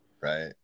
Right